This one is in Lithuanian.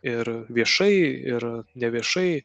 ir viešai ir neviešai